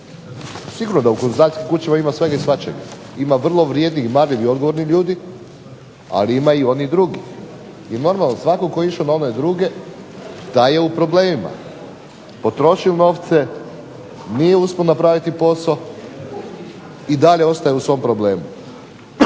Sigurno da u konzultantskim kućama ima svega i svačega, ima vrlo vrijednih i marljivih, odgovornih ljudi ali ima i onih drugih. I normalno svatko ko je išel na one druge da je u problemima, potrošil novce, nije uspel napraviti poso i dalje ostaje u svom problemu.